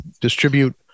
distribute